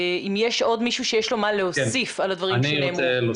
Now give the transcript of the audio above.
אם יש למישהו משהו להוסיף על הדברים שנאמרו.